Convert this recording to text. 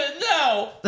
no